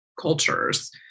cultures